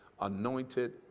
anointed